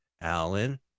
Alan